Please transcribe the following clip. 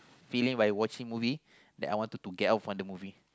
feeling by watching movie that I wanted to get out from the movie